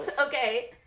Okay